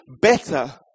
better